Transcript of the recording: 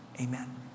Amen